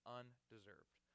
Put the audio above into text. undeserved